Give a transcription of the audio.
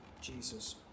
Jesus